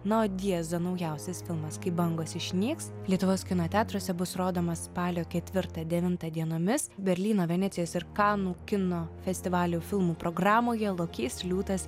na o diezo naujausias filmas kai bangos išnyks lietuvos kino teatruose bus rodomas spalio ketvirtą devintą dienomis berlyno venecijos ir kanų kino festivalio filmų programoje lokys liūtas